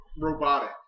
robotic